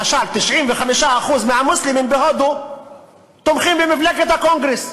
למשל, 95% מהמוסלמים בהודו תומכים במפלגת הקונגרס.